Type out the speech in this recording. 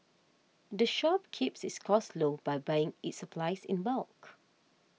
the shop keeps its costs low by buying its supplies in bulk